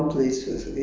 udon thani